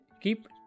keep